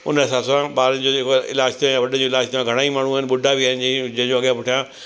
उन हिसाब सां ॿारनि जो जेको आहे इलाजु थियो आहे या वॾो जो इलाजु थियो आहे घणा ई माण्हू आहिनि ॿुढा बि माण्हू आहिनि जंहिंजो अॻियां पुठियां